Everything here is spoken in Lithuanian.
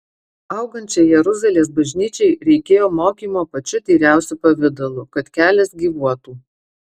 augančiai jeruzalės bažnyčiai reikėjo mokymo pačiu tyriausiu pavidalu kad kelias gyvuotų